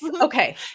Okay